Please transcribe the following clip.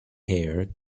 hair